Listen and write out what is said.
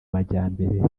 majyambere